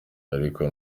ariko